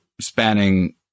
spanning